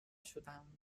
شدند